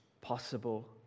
Possible